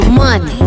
money